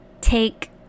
take